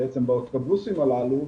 באוטובוסים הללו,